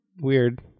Weird